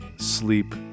sleep